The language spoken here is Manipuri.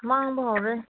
ꯃꯥꯡꯕ ꯍꯧꯔꯦ